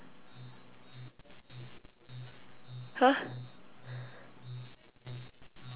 !huh!